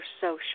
social